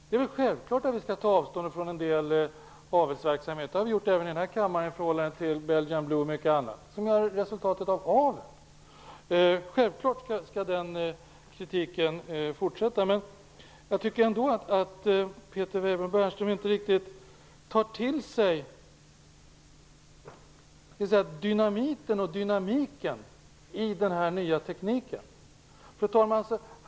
Det är självklart att vi skall ta avstånd från en del avelsverksamhet. Det har vi gjort i denna kammare i förhållande till bl.a. Belgian Blue som är resultatet av avel. Självfallet skall den kritiken fortsätta. Jag tycker ändå att Peter Weibull Bernström inte riktigt tar till sig dynamiten och dynamiken i den nya tekniken. Fru talman!